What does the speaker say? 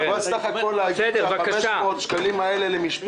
מדובר בסך הכול על 500 שקלים למשפחה.